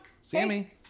sammy